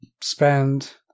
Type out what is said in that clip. spend